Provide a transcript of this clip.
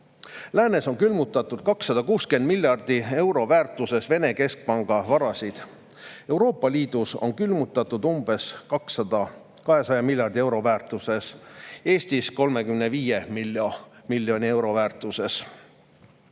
Läänes on külmutatud 260 miljardi euro väärtuses Vene keskpanga varasid. Euroopa Liidus on külmutatud umbes 200 miljardi euro väärtuses ja Eestis 35 miljoni euro väärtuses